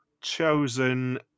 chosen